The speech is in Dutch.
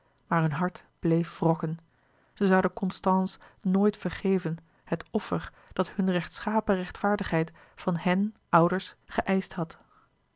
maar hun hart bleef wrokken zij zouden constance nooit vergeven het offer dat hunne rechtschapen rechtvaardigheid van hen ouders geëischt had